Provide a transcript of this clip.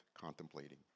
contemplating